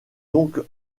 donc